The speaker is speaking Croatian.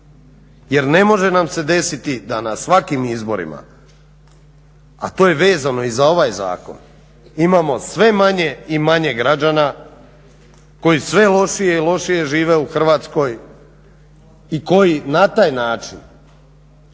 jer ne može nam se desiti da na svakim izborima, a to je vezano i za ovaj zakon, imamo sve manje i manje građana koji sve lošije i lošije žive u Hrvatskoj i koji na taj način